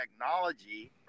technology